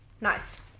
Nice